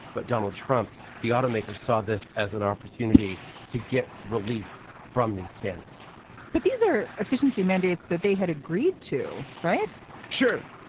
but donald trump the automakers saw this as an opportunity to get relief from these standards but these are efficiency mandates that they had agreed to. right sure.